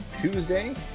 Tuesday